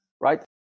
right